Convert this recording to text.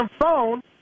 phone